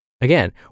Again